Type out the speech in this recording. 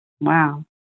Wow